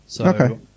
Okay